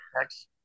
next